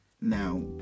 now